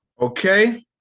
Okay